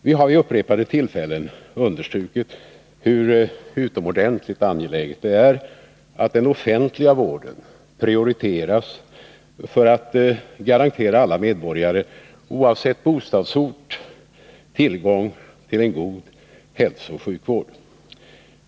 Vi har vid upprepade tillfällen understrukit hur utomordentligt angeläget det är att den offentliga vården prioriteras för att vi skall kunna garantera alla medborgare oavsett bostadsort tillgång till en god hälsooch sjukvård.